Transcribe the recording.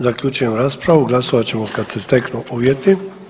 Zaključujem raspravu, glasovat ćemo kad se steknu uvjeti.